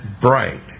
bright